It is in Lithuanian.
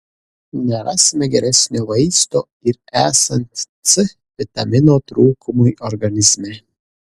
nerasime geresnio vaisto ir esant c vitamino trūkumui organizme